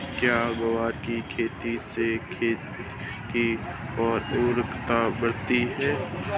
क्या ग्वार की खेती से खेत की ओर उर्वरकता बढ़ती है?